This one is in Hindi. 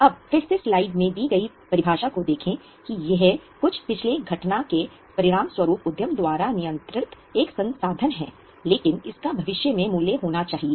अब फिर से स्लाइड में दी गई परिभाषा को देखें कि यह कुछ पिछले घटना के परिणामस्वरूप उद्यम द्वारा नियंत्रित एक संसाधन है लेकिन इसका भविष्य में मूल्य होना चाहिए